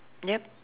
yup